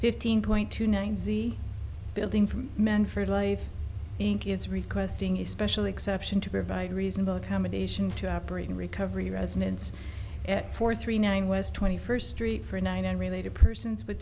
fifteen point two nine c building from men for life inc is requesting a special exception to provide reasonable accommodation to operating recovery resonance for three nine west twenty first street for nine and related persons with